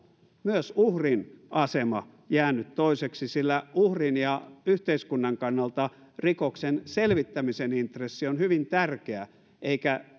myös uhrin asema jäänyt toiseksi uhrin ja yhteiskunnan kannalta rikoksen selvittämisen intressi on hyvin tärkeä eikä